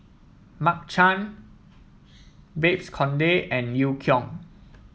Mark Chan Babes Conde and Eu Kong